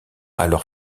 alors